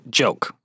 joke